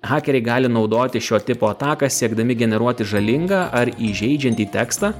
hakeriai gali naudoti šio tipo ataką siekdami generuoti žalingą ar įžeidžiantį tekstą